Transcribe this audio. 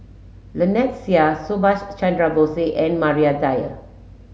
Lynnette Seah Subhas Chandra Bose and Maria Dyer